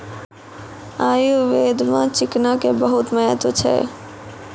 आयुर्वेद मॅ चिकना के बहुत महत्व छै